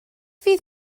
fydd